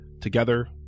Together